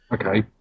Okay